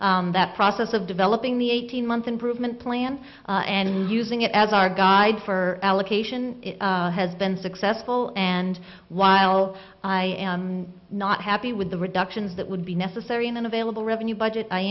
that process of developing the eighteen month improvement plan and using it as our guide for allocation has been successful and while i am not happy with the reductions that would be necessary in an available revenue budget i